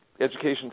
education